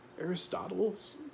aristotle's